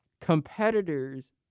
competitors